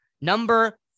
Number